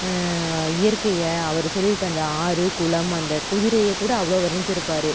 இயற்கையை அவர் சொல்லியிருக்க அந்த ஆறு குளம் அந்த குதிரையை கூட அவ்வளோ வர்ணிச்சுருப்பாரு